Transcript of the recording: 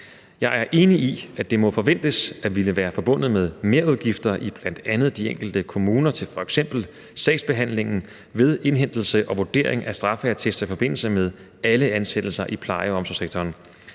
Jeg er enig i, at det må forventes at ville være forbundet med merudgifter i bl.a. de enkelte kommuner til f.eks. sagsbehandlingen ved indhentelse og vurdering af straffeattester i forbindelse med alle ansættelser i pleje- og omsorgssektoren.